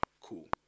Cool